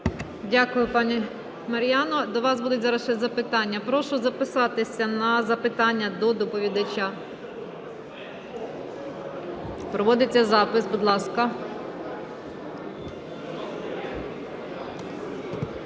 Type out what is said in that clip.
Дякую, пані Мар'яно. До вас будуть зараз ще запитання. Прошу записатися на запитання до доповідача. Проводиться запис, будь ласка.